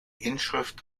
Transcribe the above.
inschrift